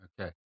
Okay